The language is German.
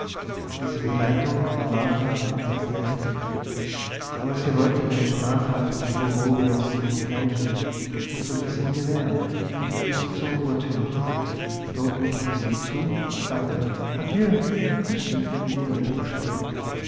diese begleitung war martha etwas lästig aber sie wollte den spaßhaften bureaugenossen nicht kränken und so ließ sie ihn gewähren bis zum uhrtürmchen dort nickte sie ihm zu sagte adjö und stieg in die elektrische